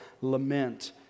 lament